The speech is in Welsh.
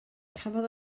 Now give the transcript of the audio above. cafodd